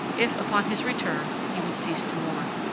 if, upon his return, he would cease to mourn.